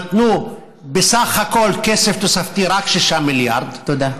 נתנו בסך הכול, כסף תוספתי, רק 6 מיליארד, תודה.